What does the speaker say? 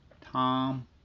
Tom